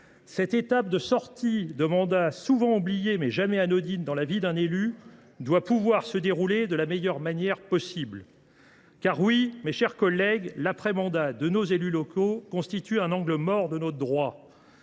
L’étape de sortie de mandat, souvent oubliée, mais jamais anodine dans la vie d’un élu, doit pouvoir se dérouler de la meilleure manière possible. Mes chers collègues, l’après mandat de nos élus locaux constitue un angle mort de notre droit.